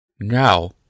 Now